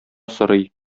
сорый